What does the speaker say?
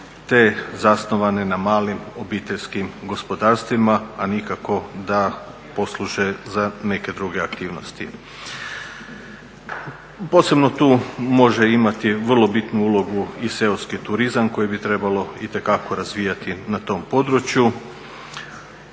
te zasnovane na malim obiteljskim gospodarstvima, a nikako da posluže za neke druge aktivnosti. Posebno tu može imati vrlo bitnu ulogu i seoski turizam koji bi trebalo itekako razvijati na tom području.